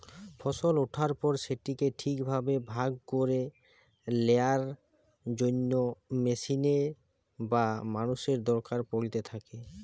ফসল ওঠার পর সেটিকে ঠিক ভাবে ভাগ করে লেয়ার জন্য মেশিনের বা মানুষের দরকার পড়িতে থাকে